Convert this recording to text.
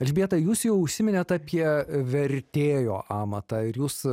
elžbieta jūs jau užsiminėt apie vertėjo amatą ir jūs